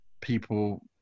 people